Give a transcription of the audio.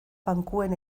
bankuen